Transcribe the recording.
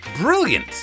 brilliant